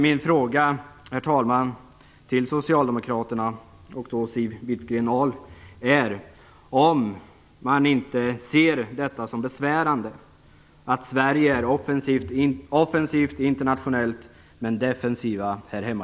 Min fråga till socialdemokraterna och Siw Wittgren-Ahl är om man inte ser det som besvärande att Sverige är offensivt internationellt men defensivt här hemma.